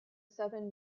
southern